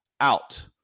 Out